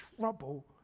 trouble